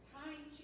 time